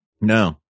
No